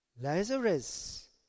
Lazarus